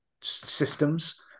systems